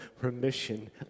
remission